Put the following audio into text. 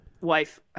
wife